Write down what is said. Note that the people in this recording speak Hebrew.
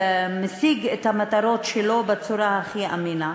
ישיג את המטרות שלו בצורה הכי אמינה.